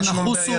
אין שום בעיה.